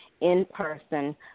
in-person